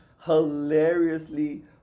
Hilariously